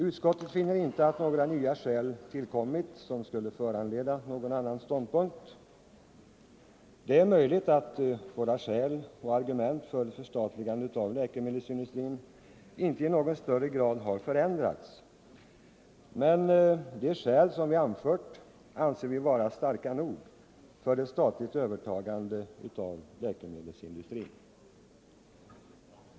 Utskottet finner inte att några nya skäl tillkommit som skulle föranleda en annan ståndpunkt. Det är möjligt att våra skäl och argument för ett förstatligande av läkemedelsindustrin inte i någon högre grad har förändrats, men de skäl som vi anfört anser vi vara starka nog för ett statligt övertagande av läkemedelsindustrin.